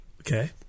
Okay